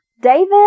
David